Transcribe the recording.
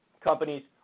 companies